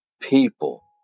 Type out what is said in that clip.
people